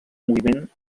moviment